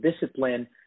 discipline